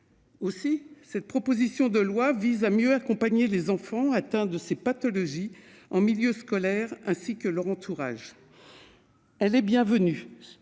Aussi cette proposition de loi vise-t-elle à mieux accompagner les enfants atteints de ces pathologies en milieu scolaire, ainsi que leur entourage. Elle est bienvenue